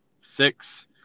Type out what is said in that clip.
six